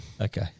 Okay